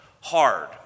hard